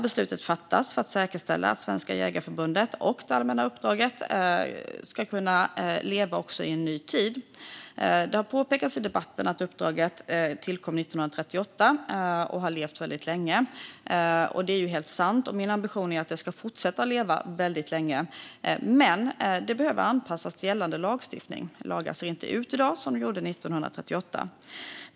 Beslutet fattas för att säkerställa att Svenska Jägareförbundet och det allmänna uppdraget ska kunna leva också i en ny tid. Det har påpekats i debatten att uppdraget tillkom 1938 och har funnits väldigt länge. Det är helt sant, och min ambition är att det ska fortsätta att leva väldigt länge. Men det behöver anpassas till gällande lagstiftning. Lagar ser inte ut i dag som de gjorde 1938.